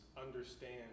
understand